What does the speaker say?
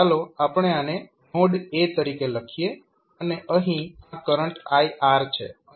ચાલો આપણે આને નોડ a તરીકે લઈએ અને અહીં આ કરંટ iR છે અને આ કરંટ iC છે